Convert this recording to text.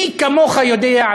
מי כמוך יודע,